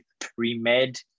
pre-med